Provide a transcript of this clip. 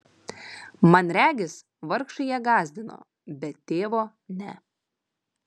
man regis vargšai ją gąsdino bet tėvo ne